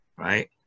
Right